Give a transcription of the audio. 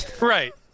Right